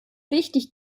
wichtig